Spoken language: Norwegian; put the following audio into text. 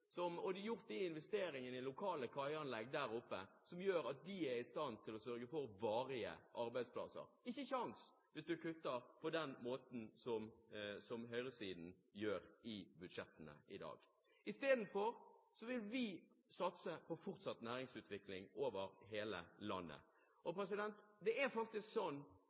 Nergårds fiskefabrikk, som hadde gjort de investeringene i lokale kaianlegg der oppe, som gjør at de er i stand til å sørge for varige arbeidsplasser – ikke mulig hvis en kutter på den måten som høyresiden gjør i budsjettene i dag. Isteden vil vi satse på fortsatt næringsutvikling over hele landet. Og det er faktisk